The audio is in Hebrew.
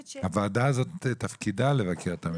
ש --- תפקיד הוועדה הזו הוא לבקר את הממשלה.